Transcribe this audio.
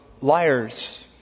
liars